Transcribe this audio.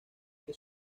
que